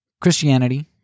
Christianity